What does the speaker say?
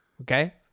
Okay